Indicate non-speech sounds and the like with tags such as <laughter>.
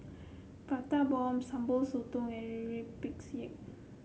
Prata Bomb Sambal Sotong and <unintelligible> rempeyek